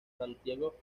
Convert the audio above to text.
santiago